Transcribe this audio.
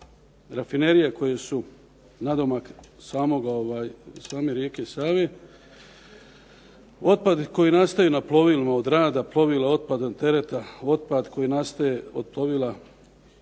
rafinerije koje su nadomak same rijeke Save. Otpad koji nastaje na plovilima od rada plovila otpadom tereta, otpad koji nastaje od plovila